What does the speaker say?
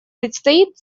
предстоит